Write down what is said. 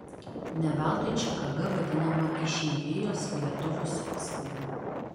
ne veltui čikaga vadinama išeivijos lietuvių sostine